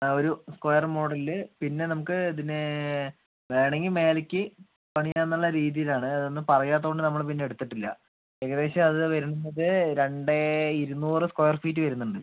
ആ ഒരു സ്ക്വയർ മോഡലില് പിന്നെ നമുക്ക് ഇതിന് വേണമെങ്കിൽ മേലേക്ക് പണിയാന്ന് ഉള്ള രീതിയിലാണ് അതൊന്നും പറയാത്തോണ്ട് നമ്മള് പിന്നെ എടുത്തിട്ടില്ല ഏകദേശം അത് വരുന്നത് രണ്ട് ഇരുന്നൂറ് സ്ക്വയർ ഫീറ്റ് വരുന്നുണ്ട്